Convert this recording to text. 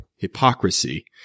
hypocrisy